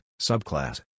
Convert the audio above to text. subclass